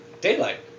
Daylight